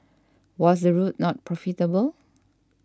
was the route not profitable